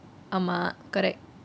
ஆமா:aama correct